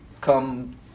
come